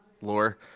lore